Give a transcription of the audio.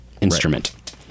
instrument